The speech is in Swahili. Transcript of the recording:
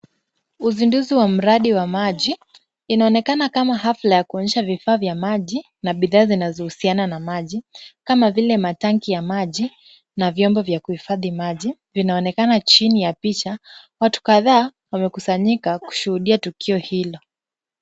Uzinduzi wa mradi wa maji. Inaonekana kama hafla ya kuonyeshana vifaa vya maji na bidhaa zinazohusiana na maji kama vile tanki za maji na vyombo vya kuhifadhi maji vinaonekana chini ya picha. Watu kadhaa wamekusanyika kushuhudia tukio hilo.